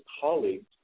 colleagues